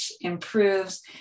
improves